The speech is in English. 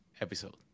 episode